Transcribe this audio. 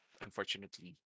unfortunately